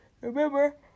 Remember